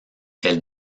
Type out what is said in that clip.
elle